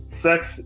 sex